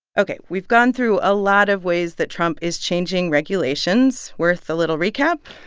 ok, we've gone through a lot of ways that trump is changing regulations. worth a little recap?